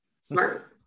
smart